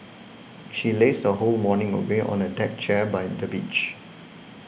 she lazed her whole morning away on a deck chair by the beach